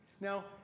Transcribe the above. Now